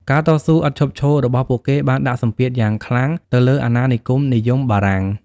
ការតស៊ូឥតឈប់ឈររបស់ពួកគេបានដាក់សម្ពាធយ៉ាងខ្លាំងទៅលើអាណានិគមនិយមបារាំង។